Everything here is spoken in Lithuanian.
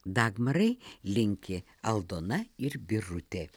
dagmarai linki aldona ir birutė